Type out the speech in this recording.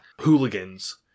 Hooligans